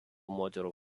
moterų